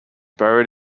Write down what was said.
buried